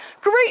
Great